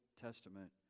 Testament